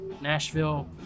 nashville